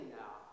now